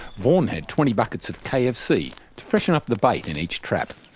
vaughn had twenty buckets of kfc to freshen up the bait in each trap.